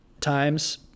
times